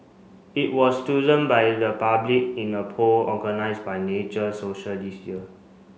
it was chosen by the public in a poll organised by Nature Social this year